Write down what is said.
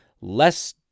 less